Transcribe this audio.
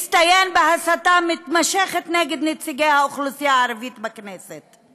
הוא הצטיין בהסתה מתמשכת נגד נציגי האוכלוסייה הערבית בכנסת.